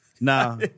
Nah